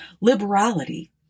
liberality